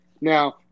now